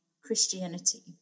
Christianity